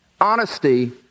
honesty